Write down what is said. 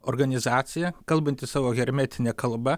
organizacija kalbanti savo hermetine kalba